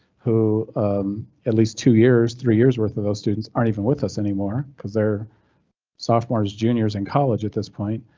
who at least two years, three years worth of those students aren't even with us anymore cause they're sophomores juniors in college at this point.